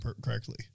correctly